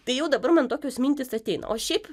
tai jau dabar man tokios mintys ateina o šiaip